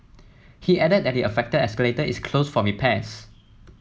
he added that the affected escalator is closed for repairs